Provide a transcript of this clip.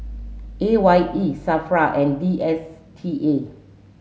A Y E SAFRA and D S T A